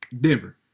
Denver